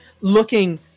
looking